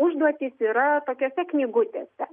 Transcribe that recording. užduotys yra tokiose knygutėse